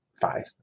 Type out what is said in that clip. five